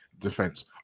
defense